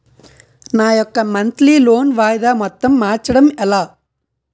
నా యెక్క monthly loan వాయిదా మొత్తం మార్చడం ఎలా?